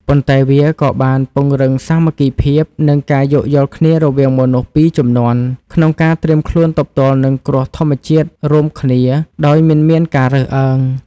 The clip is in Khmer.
ប៉ុន្តែវាក៏បានពង្រឹងសាមគ្គីភាព និងការយោគយល់គ្នារវាងមនុស្សពីរជំនាន់ ក្នុងការត្រៀមខ្លួនទប់ទល់នឹងគ្រោះធម្មជាតិរួមគ្នាដោយមិនមានការរើសអើង។